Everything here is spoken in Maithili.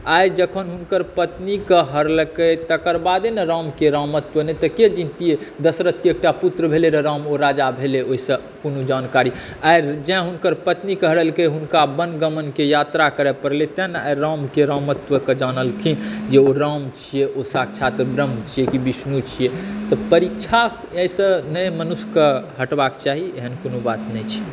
आइ जखन हुनकर पत्नीक हरलकै तकर बादे ने रामक रामत्व नहि तऽ के जेनतियै दशरथके एकटा पुत्र भेलै रऽ राम ओ राजा भेलै ओहिसॅं कोनो जानकारी आइ जॅं हुनकर पत्नीक हरिलेलकनि हुनका वनगमनकें यात्रा करय परलै तैं ने आइ रामके रामत्वक जानलखिन जे ओ राम छीयै ओ साक्षात ब्रह्म छियै की विष्णु छियै तऽ परीक्षा अहिसॅं नहि मनुष्यके हटबाक चाही एहन कोनो बात नहि छै